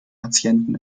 patienten